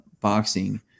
boxing